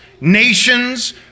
nations